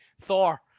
Thor